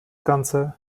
ganze